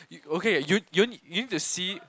you okay you you you need to see